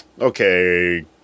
okay